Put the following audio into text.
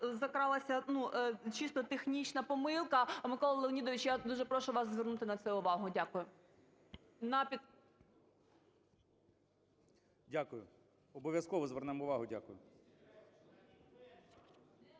закралася ну чисто технічна помилка. Микола Леонідович, я дуже прошу вас звернути на це увагу. Дякую. КНЯЖИЦЬКИЙ М.Л. Дякую. Обов'язково звернемо увагу. Дякую.